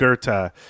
Goethe